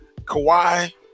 Kawhi